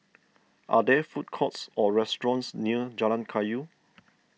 are there food courts or restaurants near Jalan Kayu